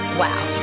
wow